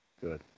Good